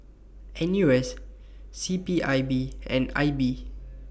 N U S C P I B and I B